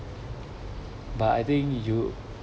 but I think you